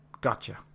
Gotcha